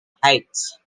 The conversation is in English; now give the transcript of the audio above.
heights